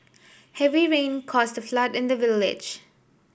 heavy rain caused a flood in the village